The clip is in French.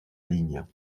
ligne